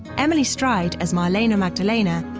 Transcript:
emily stride as marlene and magdalena,